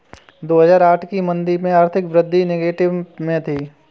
दो हजार आठ की मंदी में आर्थिक वृद्धि नेगेटिव में थी